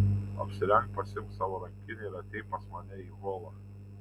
apsirenk pasiimk savo rankinę ir ateik pas mane į holą